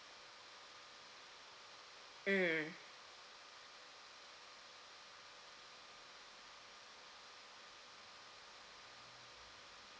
mm